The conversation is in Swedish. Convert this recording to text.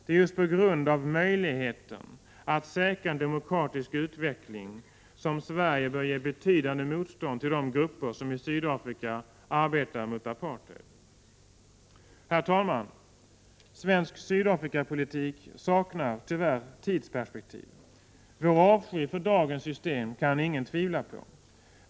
Det är just för att få möjlighet att säkra en demokratisk utveckling som Sverige bör ge ett betydande bistånd till de grupper som i Sydafrika arbetar mot apartheid. Herr talman! Svensk Sydafrikapolitik saknar tyvärr tidsperspektiv. Vår avsky för dagens system kan ingen tvivla på.